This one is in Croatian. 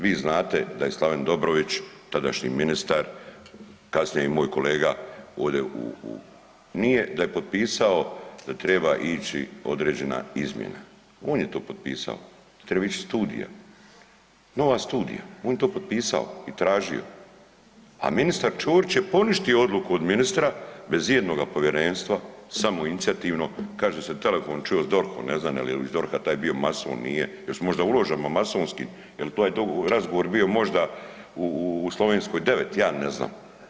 Vi znate da je Slaven Dobrović, tadašnji ministar, kasnije i moj kolega ovdje u, u, nije da je potpisao da treba ići određena izmjena, on je to potpisao, treba ić studija, nova studija, on je to potpisao i tražio, a ministar Ćorić je poništio odluku od ministra bez ijednoga povjerenstva, samoinicijativno, kaže se telefon, čuo s DORH-om, ne znam jel iz DORH-a taj bio mason, nije, još možda u ložama masonskim jel to je razgovor bio možda u, u Slovenskoj 9, ja ne znam.